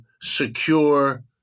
secure